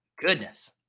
Goodness